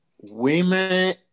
Women